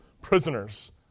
prisoners